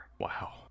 Wow